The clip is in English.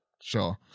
Sure